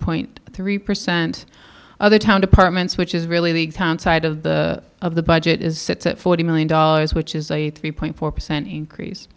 point three percent other town departments which is really the side of the of the budget is sits at forty million dollars which is a three point four percent increase